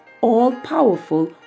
all-powerful